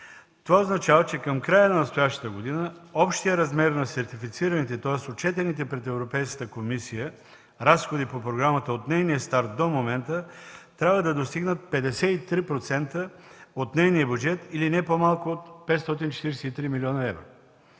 Това означава, че към края на настоящата година общият размер на сертифицираните, тоест отчетените пред Европейската комисия разходи по програмата от нейния старт до момента трябва да достигнат 53% от нейния бюджет, или не по-малко от 543 млн. евро.